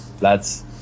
lads